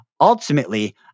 ultimately